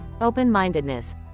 Open-mindedness